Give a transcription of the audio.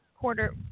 quarter